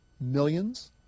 millions